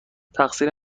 تقصیر